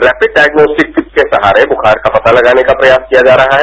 rapid diagnostic kit के सहारे बुखार का पता लगाने का प्रयास किया जा रहा है